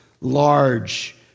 large